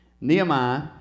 Nehemiah